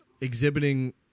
exhibiting